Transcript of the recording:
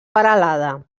peralada